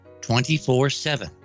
24-7